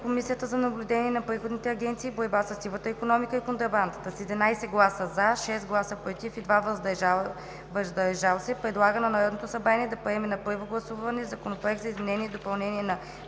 Комисията за наблюдение на приходните агенции и борба със сивата икономика и контрабандата: с 11 гласа „за“, 6 гласа „против“ и 2 „въздържали се“ предлага на Народното събрание да приеме на първо гласуване Законопроект за изменение и допълнение на